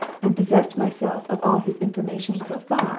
and possessed myself of all his information so far,